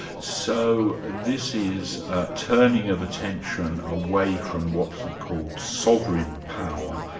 so this is a turning of attention away from what he called sovereign power,